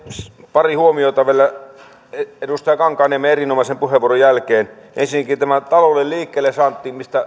pari huomiota vielä edustaja kankaanniemen erinomaisen puheenvuoron jälkeen ensinnäkin talouden liikkeellesaanti